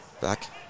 Back